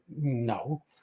no